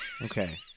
Okay